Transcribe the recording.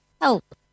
help